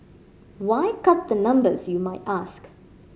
why cut the numbers you might ask